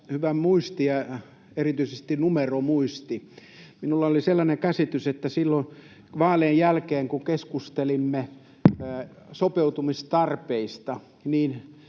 hyvä muisti ja erityisesti numeromuisti. Minulla oli sellainen käsitys, että silloin vaalien jälkeen, kun keskustelimme sopeutumistarpeista, ne